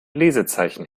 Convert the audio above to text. lesezeichen